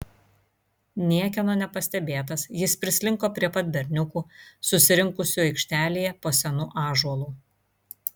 niekieno nepastebėtas jis prislinko prie pat berniukų susirinkusių aikštelėje po senu ąžuolu